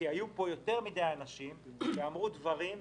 היו פה יותר מידי אנשים שאמרו דברים,